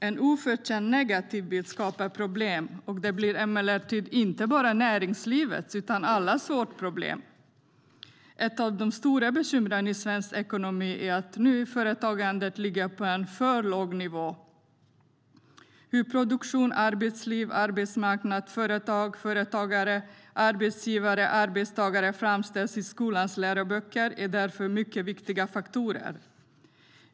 En oförtjänt negativ bild skapar problem, och det blir inte bara näringslivet utan allas vårt problem - ett av de stora bekymren i svensk ekonomi är att nyföretagandet ligger på en för låg nivå. Hur produktion, arbetsliv, arbetsmarknad, företag, företagare, arbetsgivare och arbetstagare framställs i skolans läroböcker är därför mycket viktiga faktorer.